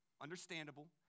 understandable